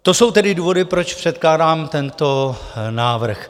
To jsou tedy důvody, proč předkládám tento návrh.